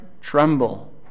Tremble